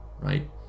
right